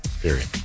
Period